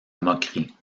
moquerie